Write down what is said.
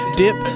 dip